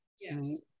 Yes